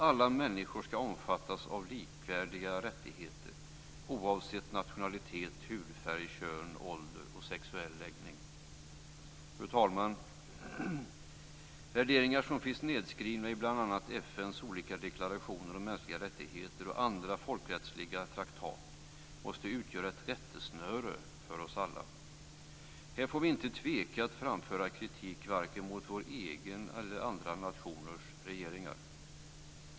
Alla människor ska omfattas av likvärdiga rättigheter, oavsett nationalitet, hudfärg, kön, ålder och sexuell läggning. Fru talman! Värderingar som finns nedskrivna i bl.a. FN:s olika deklarationer om de mänskliga rättigheterna, och andra folkrättsliga traktat måste utgöra ett rättesnöre för oss alla. Här får vi får inte tveka att framföra kritik vare sig mot vår egen eller andra nationers regeringar.